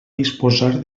disposar